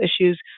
issues